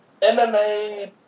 MMA